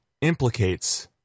implicates